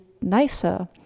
nicer